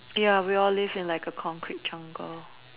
ya we all live in a concrete jungle